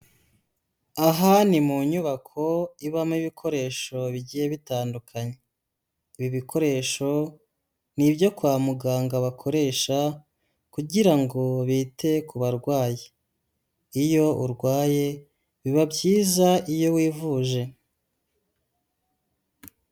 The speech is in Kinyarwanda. Aha ni mu nyubako ibamo ibikoresho bigiye bitandukanye, ibi bikoresho ni ibyo kwa muganga bakoresha kugira ngo bite ku barwayi, iyo urwaye biba byiza iyo wivuje.